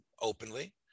openly